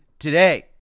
today